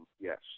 yes